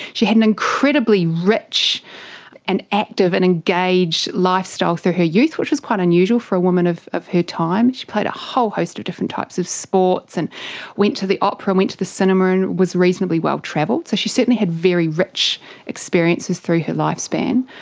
she had an incredibly rich and active and engaged lifestyle through her youth, which was quite unusual for a woman of of her time. she played a whole host of different types of sports and went to the opera and went to the cinema and was reasonably well travelled. so she certainly had very rich experiences through her lifespan.